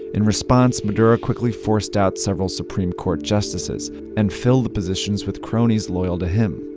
in response, maduro quickly forced out several supreme court justices and filled the positions with cronies loyal to him.